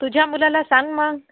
तुझ्या मुलाला सांग मग